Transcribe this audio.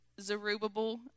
Zerubbabel